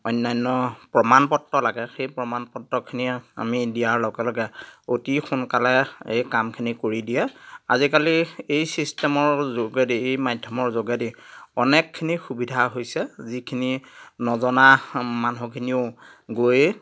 অন্যান্য প্ৰমাণ পত্ৰ লাগে সেই প্ৰমাণ পত্ৰখিনি আমি দিয়াৰ লগে লগে অতি সোনকালে এই কামখিনি কৰি দিয়ে আজিকালি এই ছিষ্টেমৰ যোগেদি এই মাধ্যমৰ যোগেদি অনেকখিনি সুবিধা হৈছে যিখিনি নজনা মানুহখিনিও গৈয়ে